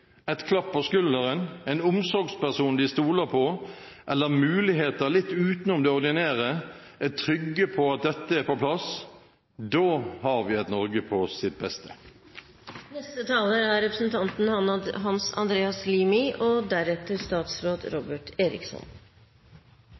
klapp på skulderen, en omsorgsperson de stoler på, eller muligheter litt utenom det ordinære – og er trygge på at dette er på plass – har vi et Norge på sitt